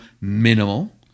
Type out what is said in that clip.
minimal